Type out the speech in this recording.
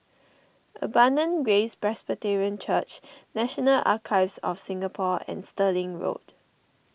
Abundant Grace Presbyterian Church National Archives of Singapore and Stirling Road